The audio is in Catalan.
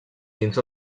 dins